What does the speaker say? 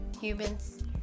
humans